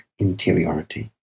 interiority